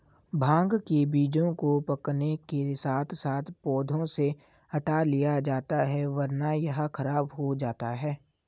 भांग के बीजों को पकने के साथ साथ पौधों से हटा लिया जाता है वरना यह खराब हो जाता है